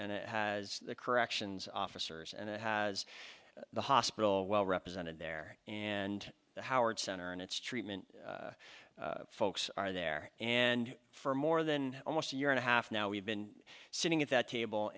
and it has the corrections officers and it has the hospital well represented there and the howard center and its treatment folks are there and for more than almost a year and a half now we've been sitting at that table